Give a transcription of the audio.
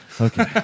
Okay